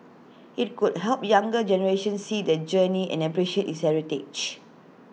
IT could help younger generations see that journey and appreciate its heritage